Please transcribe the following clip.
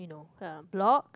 you know uh blog